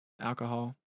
alcohol